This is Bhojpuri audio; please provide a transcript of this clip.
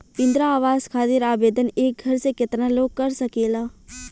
इंद्रा आवास खातिर आवेदन एक घर से केतना लोग कर सकेला?